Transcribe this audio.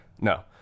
No